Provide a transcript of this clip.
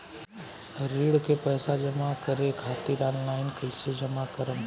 ऋण के पैसा जमा करें खातिर ऑनलाइन कइसे जमा करम?